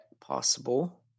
possible